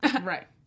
Right